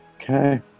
Okay